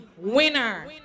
winner